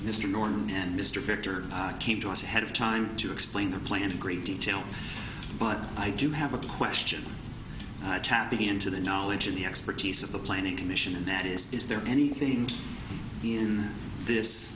mr norman and mr victor came to us ahead of time to explain the plan of great detail but i do have a question tapping into the knowledge of the expertise of the planning commission and that is is there anything in this